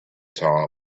top